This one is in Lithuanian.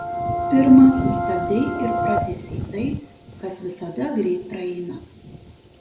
pirma sustabdei ir pratęsei tai kas visada greit praeina